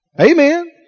Amen